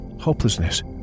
hopelessness